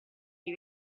gli